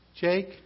Jake